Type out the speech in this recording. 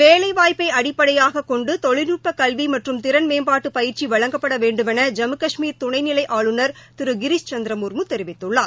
வேலைவாய்ப்பை அடிப்படையாகக் கொண்டு தொழில்நுட்ப கல்வி மற்றும் திறன் மேம்பாட்டு பயிற்சி வழங்கப்பட வேண்டுமென ஜம்மு காஷ்மீர துணை நிலை ஆளுநர் திரு கிரிஸ் சந்திர முன்மு தெரிவித்துள்ளார்